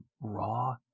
raw